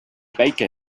baker